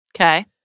Okay